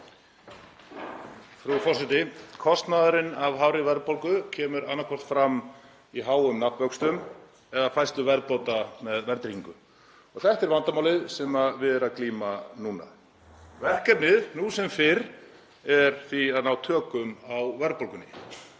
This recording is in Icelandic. Frú forseti. Kostnaðurinn af hárri verðbólgu kemur annaðhvort fram í háum nafnvöxtum eða færslu verðbóta með verðtryggingu. Þetta er vandamálið sem við er að glíma núna. Verkefnið nú sem fyrr er því að ná tökum á verðbólgunni,